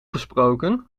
gesproken